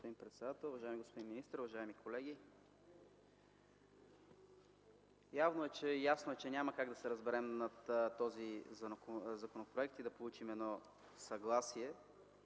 Господин председател, уважаеми господин министър, уважаеми колеги! Ясно е, че няма как да се разберем по този законопроект и да получим едно съгласие.